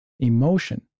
emotion